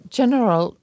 general